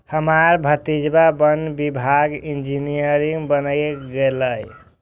हमर भतीजा वन विभागक इंजीनियर बनलैए